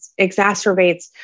exacerbates